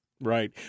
Right